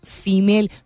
female